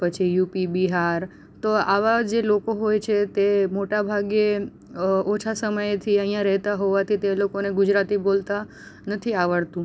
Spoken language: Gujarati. પછી યુપી બિહાર તો આવા જે લોકો હોય છે તે મોટાભાગે ઓછા સમયેથી અહીંયા રહેતા હોવાથી તે લોકોને ગુજરાતી બોલતાં નથી આવડતું